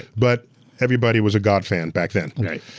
but everybody was a god fan back then.